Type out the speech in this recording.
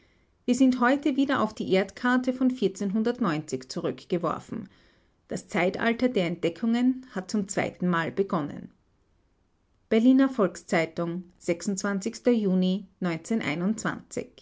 wir sind heute wieder auf die erdkarte von zurückgeworfen das zeitalter der entdeckungen hat zum zweitenmal begonnen berliner volks-zeitung juni